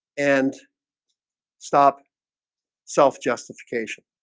and stop self-justification